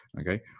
okay